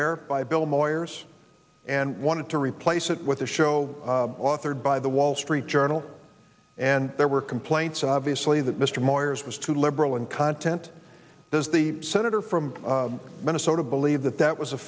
air by bill moyers and wanted to replace it with a show authored by the wall street journal and there were complaints obviously that mr moore's was too liberal and content does the senator from minnesota believe that that was a